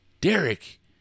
Derek